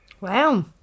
Wow